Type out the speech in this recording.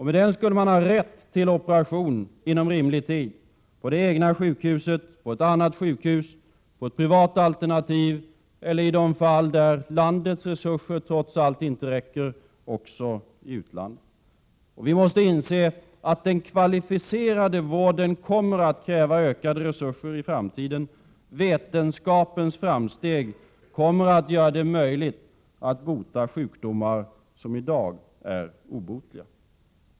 Med den skulle man ha rätt till operation inom rimlig tid på det egna sjukhuset eller på något annat sjukhus, inom ett privat alternativ eller i de fall landets resurser trots allt inte räcker i utlandet. Vi måste inse att den kvalificerade vården kommer att kräva ökade resurser i framtiden. Vetenskapliga framsteg kommer att göra det möjligt att bota sjukdomar som i dag är obotliga.